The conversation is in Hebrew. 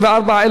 מתוכם,